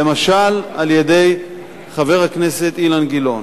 למשל, על-ידי חבר הכנסת אילן גילאון,